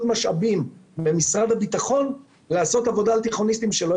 משאבים ממשרד הביטחון לעשות עבודה על תיכוניסטים שלא